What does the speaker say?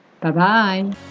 Bye-bye